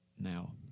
now